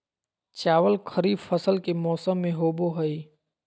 चावल खरीफ फसल के मौसम में होबो हइ